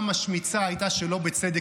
היא צודקת.